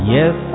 Yes